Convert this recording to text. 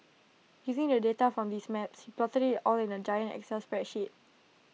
using the data from these maps he plotted IT all in A giant excel spreadsheet